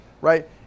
Right